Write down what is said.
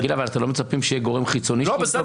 גיל, אתם לא מצפים שיהיה גורם חיצוני שיבדוק?